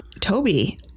Toby